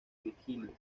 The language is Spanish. virgilio